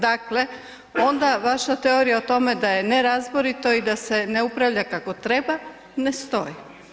Dakle, onda vaša teorija o tome da je nerazborito i da se ne upravlja kako treba ne stoji.